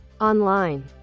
online